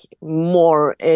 more